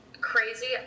crazy